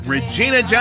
Regina